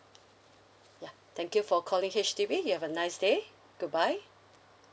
ya thank you for calling H_D_B you have a nice day goodbye